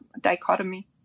dichotomy